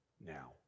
now